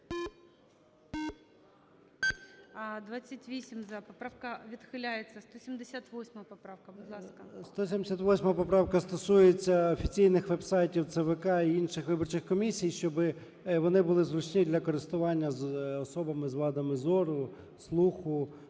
178 поправка стосується офіційних веб-сайтів ЦВК і інших виборчих комісій, щоби вони були зручні для користування особами з вадами зору, слуху.